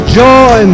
joy